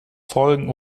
folgen